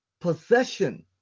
possession